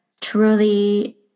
truly